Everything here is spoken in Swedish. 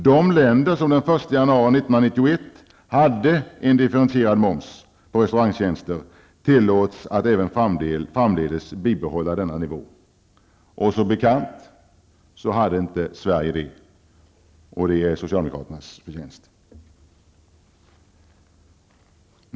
De länder som den 1 januari 1991 hade en differentierad moms på restaurangtjänster tillåts att även framdeles bibehålla denna nivå. Som bekant hade Sverige inte det, och det är socialdemokraternas förtjänst.